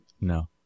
No